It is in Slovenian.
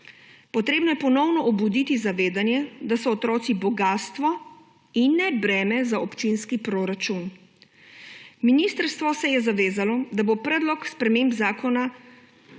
Potrebno je ponovno obuditi zavedanje, da so otroci bogastvo in ne breme za občinski proračun. Ministrstvo se je zavezalo, da bo predlog sprememb zakona